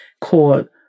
called